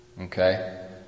Okay